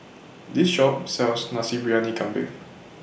This Shop sells Nasi Briyani Kambing